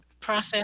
Process